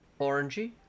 Orangey